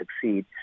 succeed